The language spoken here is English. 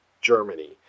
Germany